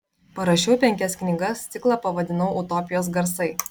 parašiau penkias knygas ciklą pavadinau utopijos garsai